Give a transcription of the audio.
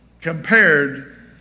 compared